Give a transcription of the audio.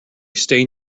stain